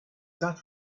that